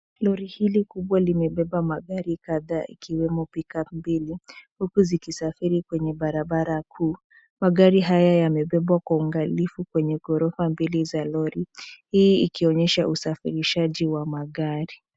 Lori hili kubwa limebeba magari kadhaa ikiwemo pick-up mbili huku zikisafiri kwenye barabara kuu. Magari haya yamebebwa kwa uangalifu kwenye ghorofa mbili za lori, hii ikionyesha usafirishaji wa magari.